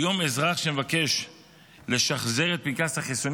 כיום אזרח שמבקש לשחזר את פנקס החיסונים